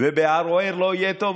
ובערוער לא יהיה טוב,